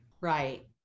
right